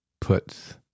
puts